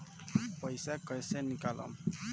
पैसा कैसे निकालम?